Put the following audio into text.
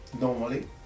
Normally